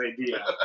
idea